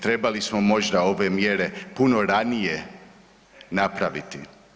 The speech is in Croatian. Trebali smo možda ove mjere puno ranije napraviti.